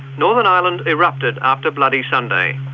northern ireland erupted after bloody sunday,